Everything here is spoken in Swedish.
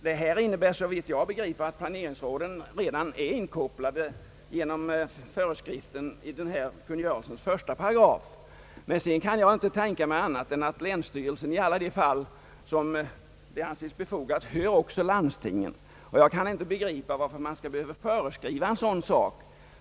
Detta innebär såvitt jag förstår att planeringsråden redan är inkopplade genom föreskriften i kungörelsens första paragraf. Jag kan heller inte tänka mig annat än att länsstyrelsen då den anser det befogat hör också landstinget. Jag kan inte förstå varför det skall behövas en föreskrift härom.